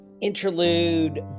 interlude